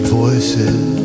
voices